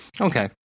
okay